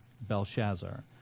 Belshazzar